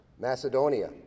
Macedonia